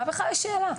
מה בכלל השאלה?